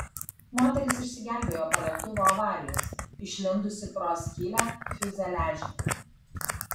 moteris išsigelbėjo po lėktuvo avarijos išlindusi pro skylę fiuzeliaže